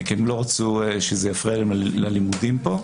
כי הם לא רצו שזה יפריע להם ללימודים פה,